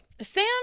Sam